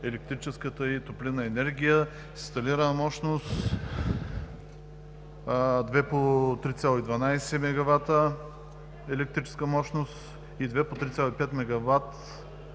електрическата и топлинна енергия с инсталирана мощност 2 по 3,12 мегавата електрическа мощност и 2 по 3,5